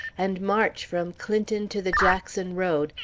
and march from clinton to the jackson road,